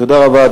תודה רבה.